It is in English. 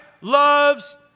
Loves